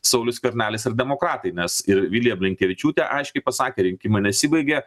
saulius skvernelis ir demokratai nes ir vilija blinkevičiūtė aiškiai pasakė rinkimai nesibaigė